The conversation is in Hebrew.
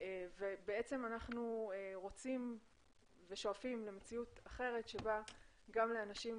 ובעצם אנחנו רוצים ושואפים למציאות אחרת שבה גם האנשים עם